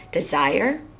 desire